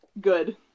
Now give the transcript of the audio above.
good